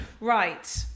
Right